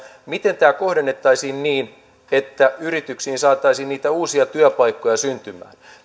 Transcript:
miten tämä kohdennettaisiin niin että yrityksiin saataisiin niitä uusia työpaikkoja syntymään